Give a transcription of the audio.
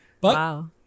Wow